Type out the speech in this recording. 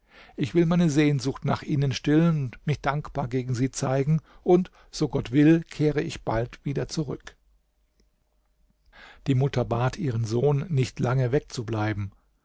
ich will meine sehnsucht nach ihnen stillen mich dankbar gegen sie zeigen und so gott will kehre ich bald wieder zurück die mutter bat ihren sohn nicht lange wegzubleiben